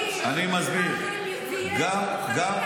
מרכז קהילתי ------ מוכנים לכול.